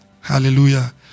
Hallelujah